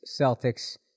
Celtics